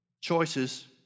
choices